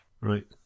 Right